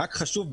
רק חשוב,